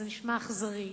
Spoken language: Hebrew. זה נשמע אכזרי,